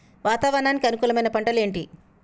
వాతావరణానికి అనుకూలమైన పంటలు ఏంటి?